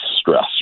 stress